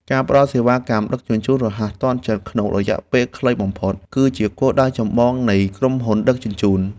ការផ្តល់សេវាកម្មដឹកជញ្ជូនរហ័សទាន់ចិត្តក្នុងរយៈពេលខ្លីបំផុត គឺជាគោលដៅចម្បងនៃក្រុមហ៊ុនដឹកជញ្ជូន។